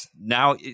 now